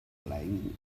playing